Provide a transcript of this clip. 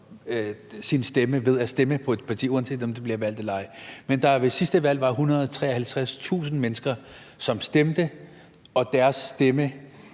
sin stemme ved at stemme på et parti, uanset om det bliver valgt eller ej. Men der var ved det sidste valg 153.000 mennesker, som stemte, og deres stemme